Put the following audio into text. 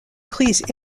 crises